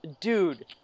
Dude